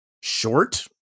short